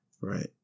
right